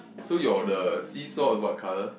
so your the seesaw is what colour